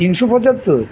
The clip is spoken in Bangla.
তিনশো পঁচাত্তর